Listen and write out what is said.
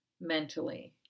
mentally